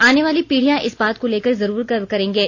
आनेवाली पीढ़ियां इस बात को लेकर जरूर गर्व करेंगे